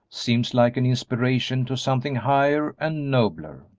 seems like an inspiration to something higher and nobler.